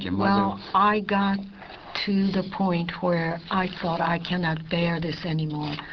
yeah well, i got to the point where i thought i cannot bear this anymore.